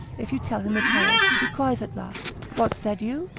if you tell him a tale, he cries at last, what said you?